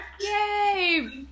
Yay